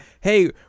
Hey